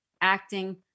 acting